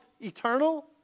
eternal